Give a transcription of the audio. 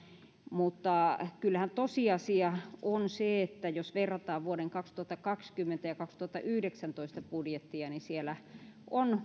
mutta kyllähän tosiasia on se että jos verrataan vuosien kaksituhattakaksikymmentä ja kaksituhattayhdeksäntoista budjetteja niin siellä on